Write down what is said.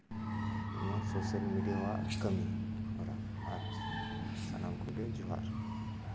ᱱᱚᱣᱟ social media ᱟᱜ ᱠᱟᱹᱢᱤᱦᱚᱨᱟ ᱟᱨ ᱥᱟᱱᱟᱢ ᱠᱚᱜᱮ ᱡᱚᱦᱟᱨ